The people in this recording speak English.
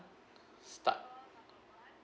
start